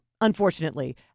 unfortunately